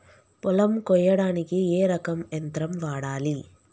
పొలం కొయ్యడానికి ఏ రకం యంత్రం వాడాలి?